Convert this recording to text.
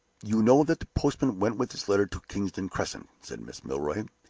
you know that the postman went with this letter to kingsdown crescent? said mrs. milroy.